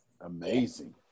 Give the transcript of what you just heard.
Amazing